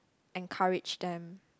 encourage them